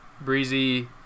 Breezy